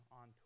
on